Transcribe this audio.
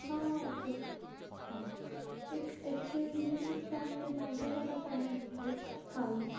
हां okay okay okay एक एकशे वीस रुपयान बी मेळटा जाल्यार पळया न्ही एक थाळी